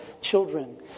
children